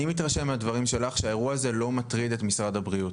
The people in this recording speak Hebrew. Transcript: אני מתרשם מהדברים שלך שהאירוע הזה לא מטריד את משרד הבריאות.